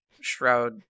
Shroud